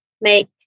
make